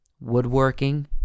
woodworking